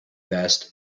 vest